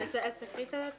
אז תקריא את התיקון?